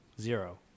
zero